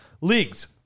leagues